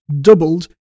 doubled